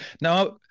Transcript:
Now